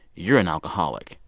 you're an alcoholic.